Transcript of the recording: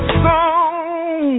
song